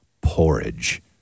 porridge